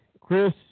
Chris